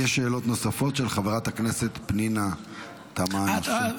יש שאלות נוספות של חברת הכנסת פנינה תמנו שטה.